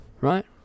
right